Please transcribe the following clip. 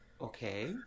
okay